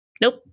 nope